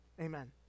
amen